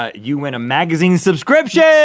ah you win a magazine subscription!